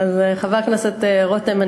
חבר הכנסת רותם,